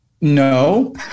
No